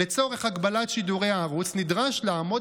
לצורך הגבלת שידורי הערוץ נדרש לעמוד